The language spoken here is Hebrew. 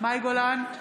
מאי גולן,